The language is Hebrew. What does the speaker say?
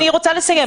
אני רוצה לסיים.